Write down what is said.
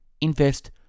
invest